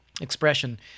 expression